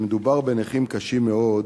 כשמדובר בנכים קשים מאוד,